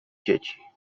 dzieci